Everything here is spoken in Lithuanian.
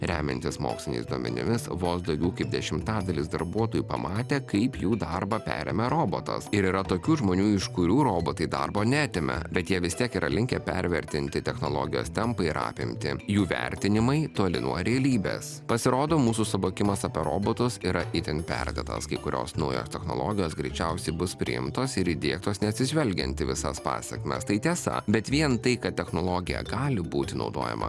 remiantis moksliniais duomenimis vos daugiau kaip dešimtadalis darbuotojų pamatę kaip jų darbą perima robotas ir yra tokių žmonių iš kurių robotai darbo neatimė bet jie vis tiek yra linkę pervertinti technologijas tampa ir apimtį jų vertinimai toli nuo realybės pasirodo mūsų suvokimas apie robotus yra itin pergadas kai kurios naujos technologijos greičiausiai bus priimtos ir įdiegtos neatsižvelgiant į visas pasekmes tai tiesa bet vien tai kad technologija gali būti naudojama